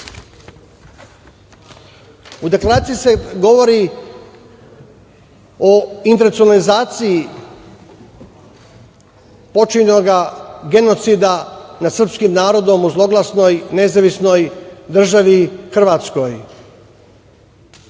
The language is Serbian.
Deklaraciji se govori o internacionalizaciji počinjenoga genocida nad srpskim narodom u zloglasnoj Nezavisnoj državi Hrvatskoj.